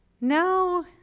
no